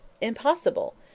Impossible